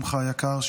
שמחה היקר,